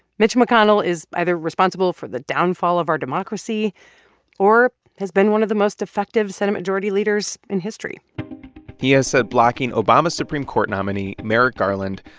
mitch mcconnell is either responsible for the downfall of our democracy or has been one of the most effective senate majority leaders in history he has said blocking obama's supreme court nominee, merrick garland,